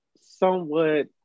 somewhat